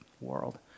world